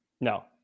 no